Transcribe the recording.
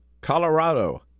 Colorado